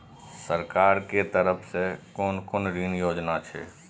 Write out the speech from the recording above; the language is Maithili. सरकार के तरफ से कोन कोन ऋण योजना छै?